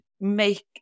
make